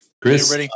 Chris